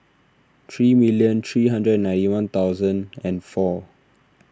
three million three hundred and ninety one thousand and four